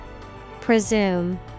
Presume